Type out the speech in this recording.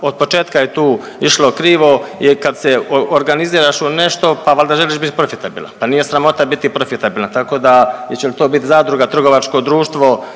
otpočetka je tu išlo krivo jer kad se organiziraš u nešto pa valjda želiš bit profitabilan, pa nije sramota biti profitabilan, tako da, hoće li to biti zadruga, trgovačko društvo,